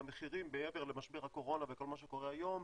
מעבר למשבר הקורונה וכל מה שקורה היום,